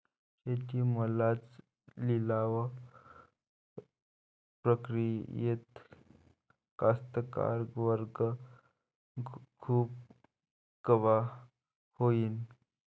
शेती मालाच्या लिलाव प्रक्रियेत कास्तकार वर्ग खूष कवा होईन?